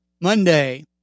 Monday